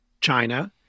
China